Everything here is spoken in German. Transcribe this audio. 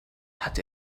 hat